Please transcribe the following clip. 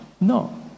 No